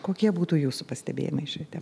kokie būtų jūsų pastebėjimai šioje